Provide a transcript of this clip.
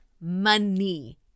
money